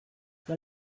dans